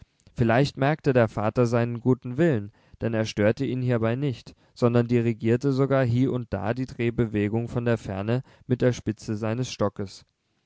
vielleicht merkte der vater seinen guten willen denn er störte ihn hierbei nicht sondern dirigierte sogar hie und da die drehbewegung von der ferne mit der spitze seines stockes